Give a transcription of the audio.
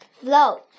float